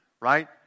right